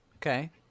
Okay